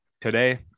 Today